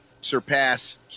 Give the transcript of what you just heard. surpass